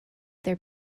their